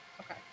Okay